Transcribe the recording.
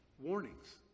warnings